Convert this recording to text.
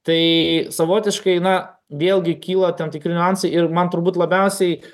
tai savotiškai na vėlgi kyla tam tikri niuansai ir man turbūt labiausiai